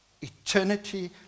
eternity